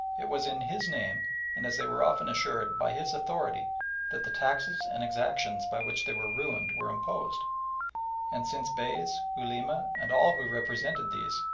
it was in his name and, as they were often assured, by his authority that the taxes and exactions by which they were ruined were imposed and since beys, ulema, and all who represented these,